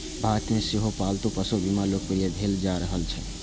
भारत मे सेहो पालतू पशु बीमा लोकप्रिय भेल जा रहल छै